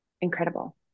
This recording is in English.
incredible